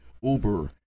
Uber